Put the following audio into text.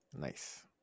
Nice